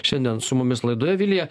šiandien su mumis laidoje vilija